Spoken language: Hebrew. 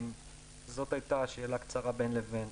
זאת הייתה שאלה קצרה בין לבין.